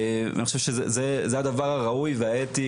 אני חושב שזה הדבר הראוי והאתי,